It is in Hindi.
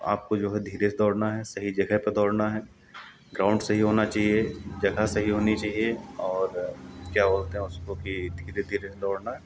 आपको जो है धीरे से दौड़ना है सही जगह पर दौड़ना है ग्राउन्ड सही होना चाहिए जगह सही होनी चाहिए और क्या बोलते हैं उसको कि धीरे धीरे दौड़ना है